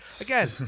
Again